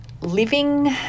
living